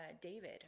David